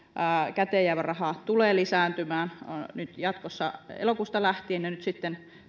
käteenjäävä raha tulee lisääntymään nyt jatkossa elokuusta lähtien ja nyt sitten